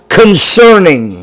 concerning